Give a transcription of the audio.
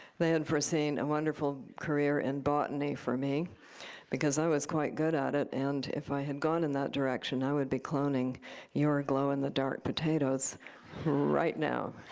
they and had seen a wonderful career in botany for me because i was quite good at it. and if i had gone in that direction, i would be cloning your glow in the dark potatoes right now.